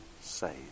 saved